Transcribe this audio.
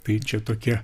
tai čia tokia